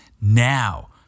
now